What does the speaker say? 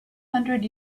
hundred